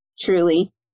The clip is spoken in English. truly